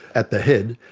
at the head.